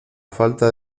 falta